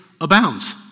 abounds